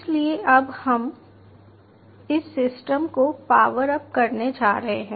इसलिए अब हम इस सिस्टम को पावर अप करने जा रहे हैं